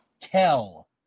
Kel